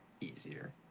easier